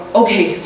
okay